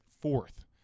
fourth